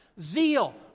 Zeal